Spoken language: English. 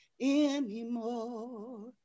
anymore